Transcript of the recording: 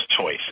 choice